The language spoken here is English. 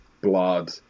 blood